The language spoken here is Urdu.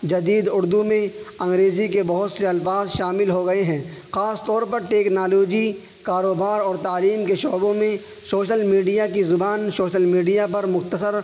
جدید اردو میں انگریزی کے بہت سے الفاظ شامل ہو گئے ہیں خاص طور پر ٹیکنالوجی کاروبار اور تعلیم کے شعبوں میں میڈیا کی زبان میڈیا پر مختصر